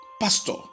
Pastor